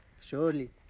surely